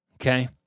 Okay